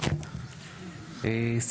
הצבעה בעד, 7 נגד, 8 נמנעים, אין לא אושר.